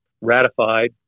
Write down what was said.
ratified